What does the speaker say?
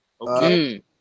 Okay